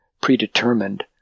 predetermined